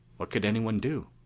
what could anyone do?